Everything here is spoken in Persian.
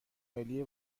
ملی